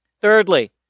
Thirdly